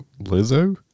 Lizzo